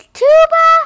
tuba